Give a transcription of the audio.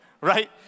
right